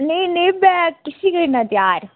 नेईं नेई बैग कैस्सी करना त्यार